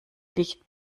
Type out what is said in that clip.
licht